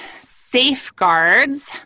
safeguards